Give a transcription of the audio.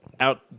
Out